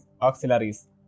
auxiliaries